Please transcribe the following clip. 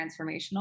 transformational